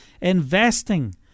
investing